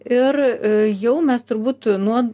ir jau mes turbūt nuo